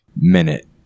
minute